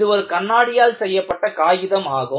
இது ஒரு கண்ணாடியால் செய்யப்பட்ட காகிதம் ஆகும்